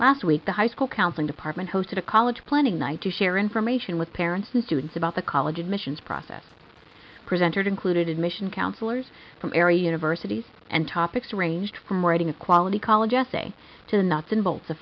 last week the high school counseling department hosted a college planning night to share information with parents who students about the college admissions process presented included mission counselors from area universities and topics ranged from writing a quality college essay to the nuts and bolts of